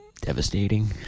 Devastating